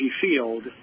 field